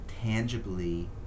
tangibly